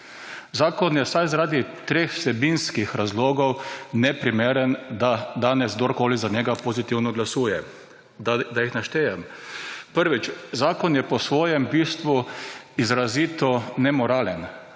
Zakon je vsaj zaradi 3 vsebinskih razlogov neprimeren, da danes kdorkoli za njega pozitivno glasuje. Da jih naštejem. Prvič, zakon je po svojem bistvu izrazito nemoralen.